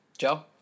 Joe